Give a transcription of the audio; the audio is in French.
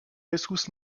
jesús